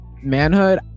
manhood